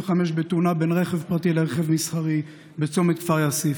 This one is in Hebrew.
בתאונה בין רכב פרטי לרכב מסחרי בצומת כפר יאסיף.